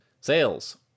Sales